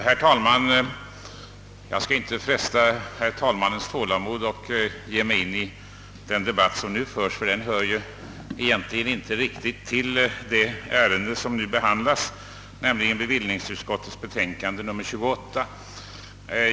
Herr talman! Jag skall inte fresta herr talmannens tålamod genom att ge mig in i den debatt som nu föres, ty den hör egentligen inte riktigt till det ärende som nu behandlas, nämligen bevillningsutskottets betänkande nr 28.